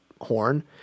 horn